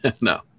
No